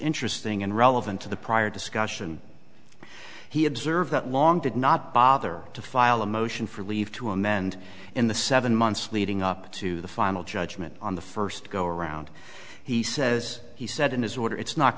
interesting and relevant to the prior discussion he observed that long did not bother to file a motion for leave to amend in the seven months leading up to the final judgment on the first go around he says he said in his order it's not